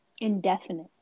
indefinitely